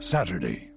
Saturday